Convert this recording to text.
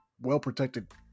well-protected